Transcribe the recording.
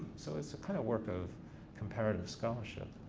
so it's a kind of work of comparative scholarship.